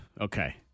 Okay